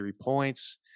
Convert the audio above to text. points